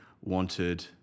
wanted